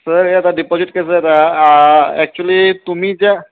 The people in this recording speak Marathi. सर हे आता डिपॉझिट कसं आहे आता ॲक्चुअली तुम्ही ज्या